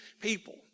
people